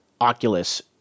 Oculus